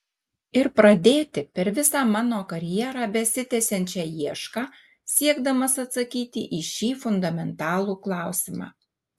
ir pradėti per visą mano karjerą besitęsiančią iešką siekdamas atsakyti į šį fundamentalų klausimą